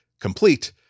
complete